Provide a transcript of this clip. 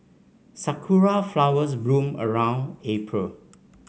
sakura flowers bloom around April